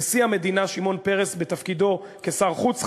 נשיא המדינה שמעון פרס בתפקידו כשר חוץ.